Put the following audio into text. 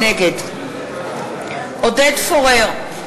נגד עודד פורר,